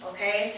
Okay